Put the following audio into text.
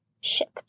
Shift